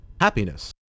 happiness